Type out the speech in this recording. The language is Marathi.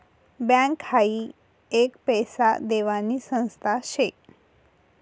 बँक हाई एक पैसा देवानी संस्था शे